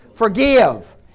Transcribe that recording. Forgive